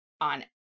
on